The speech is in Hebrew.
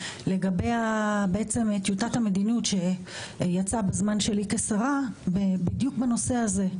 לגבי טיוטת המדיניות שיצאה בזמן שלי כשרה בדיוק בנושא הזה,